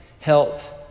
health